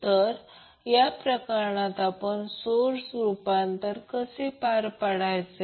तर या प्रकरणात आपण सोर्स रूपांतर कसे पार पाडायचे